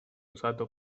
usato